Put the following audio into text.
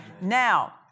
Now